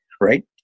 right